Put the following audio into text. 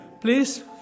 please